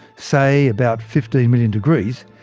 say about fifteen million degrees,